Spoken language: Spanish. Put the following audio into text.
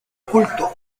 culto